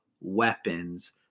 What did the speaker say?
weapons